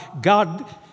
God